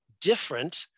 different